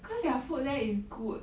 cause their food there is good